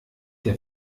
der